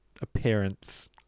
appearance